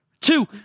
Two